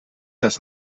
das